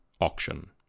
auction